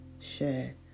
share